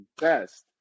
best